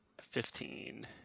Fifteen